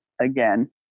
again